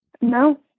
No